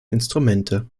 instrumente